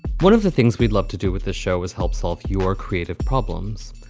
one of the things we'd love to do with this show is help solve your creative problems,